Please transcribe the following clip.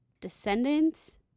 Descendants